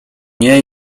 nie